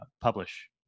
publish